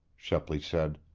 shepley said.